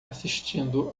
assistindo